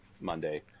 monday